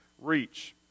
reach